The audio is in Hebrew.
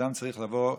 אדם צריך לבוא,